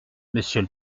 monsieur